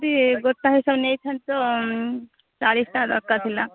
ଏମିତି ଗୋଟା ହିସାବ ନେଇଥାନ୍ତି ତ ଚାଳିଶଟା ଦରକାର ଥିଲା